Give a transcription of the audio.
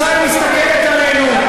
ישראל מסתכלת עלינו,